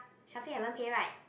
Shafiq haven't pay right